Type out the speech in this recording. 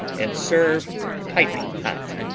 and serve piping hot,